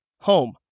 home